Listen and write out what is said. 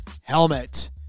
helmet